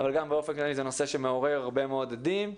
אבל גם באופן כללי זה נושא שמעורר הרבה מאוד הדים,